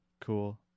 Cool